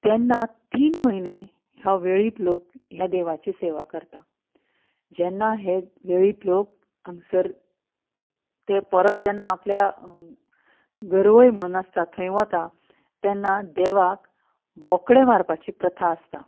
तेन्ना तीन म्हयने हे वेळीप लोक ह्या देवाची सेवा करतात जेन्ना हे वेळीप लोक हांगासर ते परत जेन्ना आपल्या घरवय म्हूण आसता थंय वतात तेन्ना देवाक बोकडे मारपाची प्रथा आसता